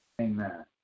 Amen